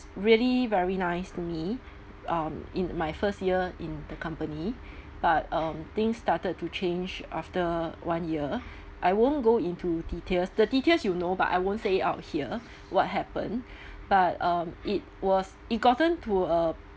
really very nice to me um in my first year in the company but um things started to change after one year I won't go into details the details you know but I won't say it out here what happened but um it was it gotten to a